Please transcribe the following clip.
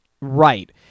Right